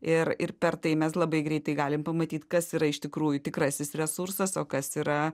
ir ir per tai mes labai greitai galim pamatyt kas yra iš tikrųjų tikrasis resursas o kas yra